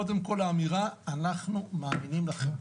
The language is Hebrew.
וקודם לזה האמירה: אנחנו מאמינים לכם.